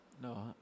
No